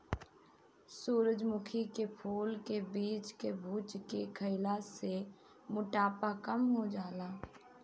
सूरजमुखी के फूल के बीज के भुज के खईला से मोटापा कम हो जाला